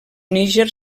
níger